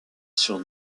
sur